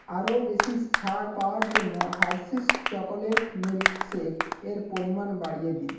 আরও বেশি ছাড় পাওয়ার জন্য হার্শিস চকোলেট মিল্ক শেক এর পরিমাণ বাড়িয়ে দিন